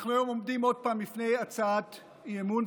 היום אנחנו עומדים עוד פעם בפני הצעת אי-אמון,